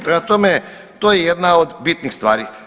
Prema tome, to je jedna od bitnih stvari.